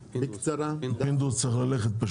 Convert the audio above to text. פינדרוס צריך ללכת.